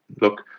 look